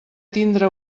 tindre